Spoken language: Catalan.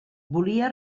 volia